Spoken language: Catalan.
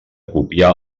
copiar